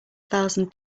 thousand